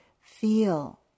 feel